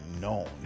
known